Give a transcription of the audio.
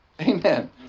amen